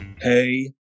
hey